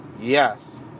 yes